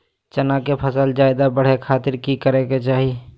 चना की फसल जल्दी बड़े खातिर की करे के चाही?